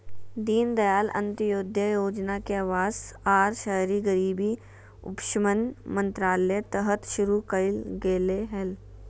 दीनदयाल अंत्योदय योजना के अवास आर शहरी गरीबी उपशमन मंत्रालय तहत शुरू कइल गेलय हल